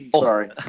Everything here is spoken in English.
Sorry